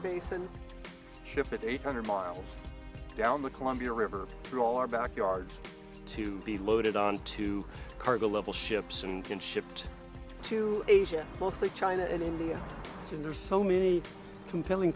basin ships at eight hundred miles down the columbia river through our back yard to be loaded onto cargo level ships and can shipped to asia mostly china and india and there's so many compelling